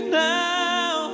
now